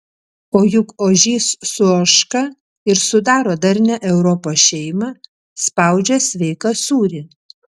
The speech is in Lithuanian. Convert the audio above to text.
o juk ožys su ožka ir sudaro darnią europos šeimą spaudžia sveiką sūrį